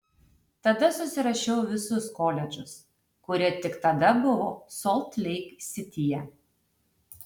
tada susirašiau visus koledžus kurie tik tada buvo solt leik sityje